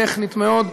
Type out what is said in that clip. טכנית מאוד.